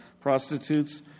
prostitutes